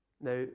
Now